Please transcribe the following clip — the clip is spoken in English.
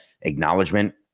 acknowledgement